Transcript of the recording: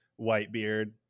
Whitebeard